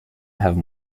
have